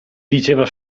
diceva